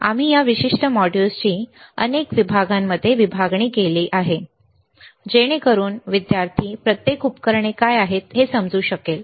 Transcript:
आम्ही या विशिष्ट मॉड्यूल्सची अनेक विभागांमध्ये विभागणी केली आहे जेणेकरून विद्यार्थी प्रत्येक उपकरणे काय आहेत हे समजू शकेल